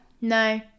No